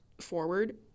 forward